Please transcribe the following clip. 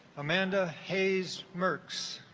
amanda hayes mercs